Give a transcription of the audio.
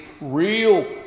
real